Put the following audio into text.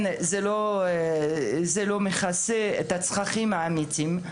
זה לא מכסה את הצרכים האמיתיים.